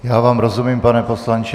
Já vám rozumím, pane poslanče.